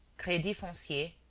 credit foncier,